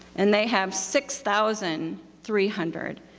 and they have six thousand three hundred.